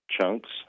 chunks